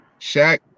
Shaq